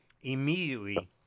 Immediately